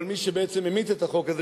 אבל מי שבעצם המית את החוק הזה,